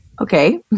okay